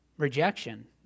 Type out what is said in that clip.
rejection